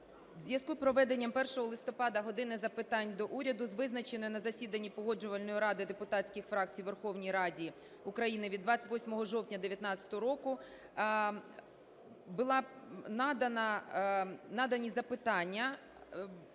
зв'язку з проведенням 1 листопада "години запитань до Уряду" з визначеною на засіданні Погоджувальної ради депутатських фракцій у Верховній Раді України від 28 жовтня 19-го року були надані запитання